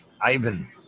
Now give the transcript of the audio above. Ivan